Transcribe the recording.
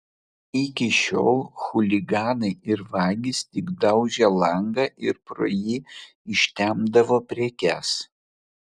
iki šiol chuliganai ir vagys tik daužė langą ir pro jį ištempdavo prekes